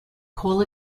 coal